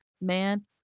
man